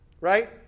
right